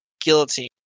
guillotine